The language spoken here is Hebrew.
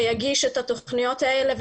ויגיש את התכניות האלה,